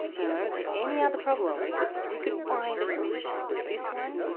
you know? they, any other problem, we could, we could find a solution. but this one,